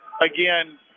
Again